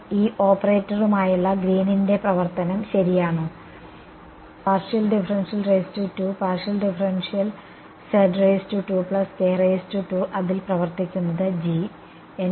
ഈ ഓപ്പറേറ്ററുമായുള്ള ഗ്രീനിന്റെ Green's പ്രവർത്തനം ശരിയാണോ അതിൽ പ്രവർത്തിക്കുന്നത് എന്റെ